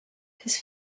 his